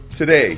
Today